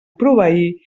proveir